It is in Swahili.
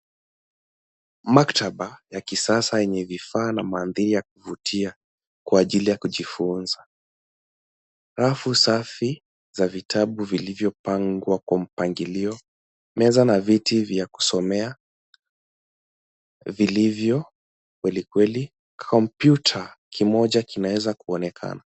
Maktaba ya kisasa yenye vifaa na mandhii ya kuvutia kwa ajili ya kujifunza. Rafu safi za vitabu vilivyopangwa kwa mpangilio, meza na viti vya kusomea vilivyo kwelikweli. Kompyuta kimoja kimeweza kuonekana.